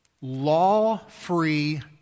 law-free